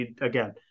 again